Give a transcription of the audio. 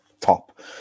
top